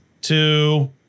two